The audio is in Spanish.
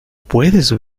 puedes